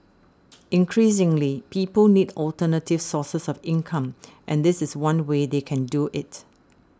increasingly people need alternative sources of income and this is one way they can do it